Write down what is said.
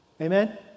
Amen